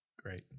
Great